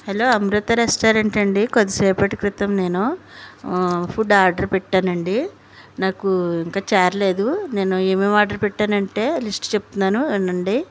hello Amrutha restaurant అండి కొద్దిసేపటి క్రితం నేను ఫుడ్ ఆర్డర్ పెట్టానండి నాకు ఇంకా చేరలేదు నేను ఏమేమి ఆర్డర్ పెట్టాను అంటే లిస్ట్ చెప్తున్నాను వినండి